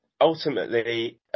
ultimately